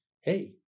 hey